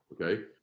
Okay